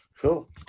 Cool